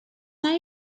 night